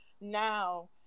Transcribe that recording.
Now